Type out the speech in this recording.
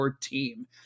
team